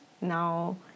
now